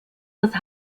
das